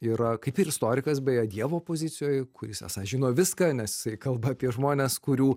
yra kaip ir istorikas beje dievo pozicijoj kuris esą žino viską nes jisai kalba apie žmones kurių